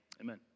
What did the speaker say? Amen